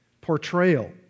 portrayal